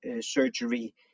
surgery